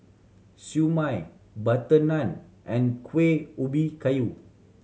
Siew Mai butter naan and Kuih Ubi Kayu